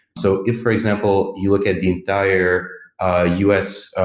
so, if for example, you look at the entire ah u s.